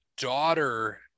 daughter